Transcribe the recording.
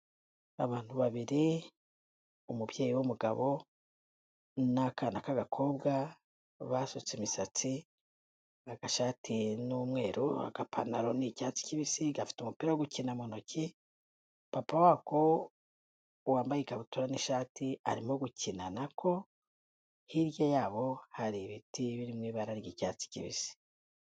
Abantu babiri umubyeyi w'umugabo n'akana k'agakobwa basutse imisatsi, agashati ni umweru, agapantaro ni icyatsi kibisi, gafite umupira wo gukina mu ntoki, papa wako wambaye ikabutura n'ishati arimo gukina na ko, hirya yabo hari ibiti biri mu ibara ry'icyatsi kibisi.